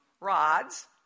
rods